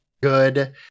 good